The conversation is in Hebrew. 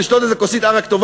לשתות איזו כוסית עראק טוב,